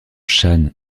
shan